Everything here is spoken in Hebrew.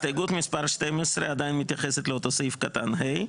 הסתייגות מספר 12 עדיין מתייחסת לאותו סעיף קטן (ה).